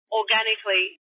organically